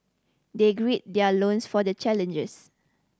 they gird their lone's for the challenges